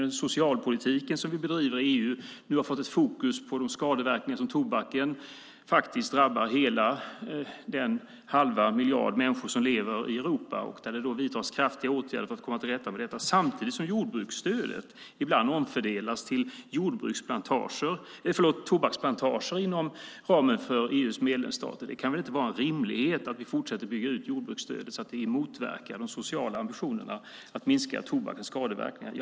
Den socialpolitik som vi bedriver i EU har nu fått ett fokus på skadeverkningarna av tobaken som drabbar den halva miljard människor som lever i Europa, och det vidtas kraftiga åtgärder för att komma till rätta med detta. Samtidigt omfördelas jordbruksstödet ibland till tobaksplantager inom ramen för EU:s medlemsstater. Det kan väl inte vara rimligt att vi fortsätter att bygga ut jordbruksstödet så att vi motverkar de sociala ambitionerna att minska tobakens skadeverkningar.